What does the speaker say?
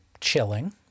chilling